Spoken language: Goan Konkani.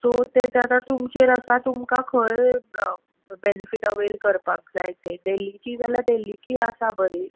सो ते आतां तुमचेर आसा तुमकां खंय बॅनीफीट अवेल करपाक जाय ते देल्लीची जाल्यार देल्लीची आसा बरी